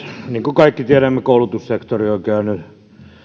niin kuin kaikki tiedämme koulutussektori on käynyt